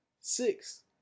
six